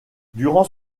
durant